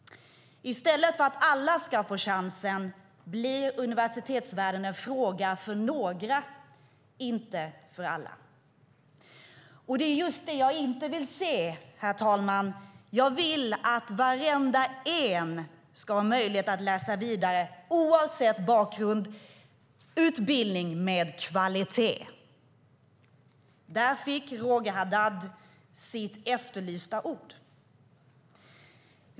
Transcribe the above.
I stället för att alla ska få chansen blir universitetsvärlden en fråga för några och inte för alla. Det är just det som jag inte vill se. Jag vill att varenda en ska ha möjlighet att läsa vidare oavsett bakgrund, och det ska vara utbildning med kvalitet. Där fick Roger Haddad det som han efterlyste.